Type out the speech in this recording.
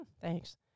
Thanks